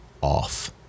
off